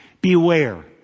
Beware